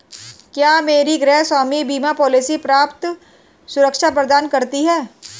क्या मेरी गृहस्वामी बीमा पॉलिसी पर्याप्त सुरक्षा प्रदान करती है?